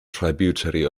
tributary